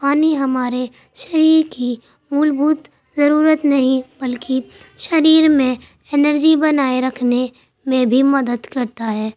پانی ہمارے شریر کی مول بھوت ضرورت نہیں بلکہ شریر میں انرجی بنائے رکھنے میں بھی مدد کرتا ہے